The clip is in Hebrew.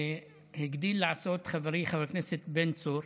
הגדיל לעשות חברי חבר הכנסת בן צור,